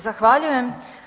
Zahvaljujem.